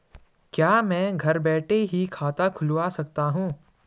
क्या मैं घर बैठे ही खाता खुलवा सकता हूँ?